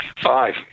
Five